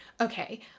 okay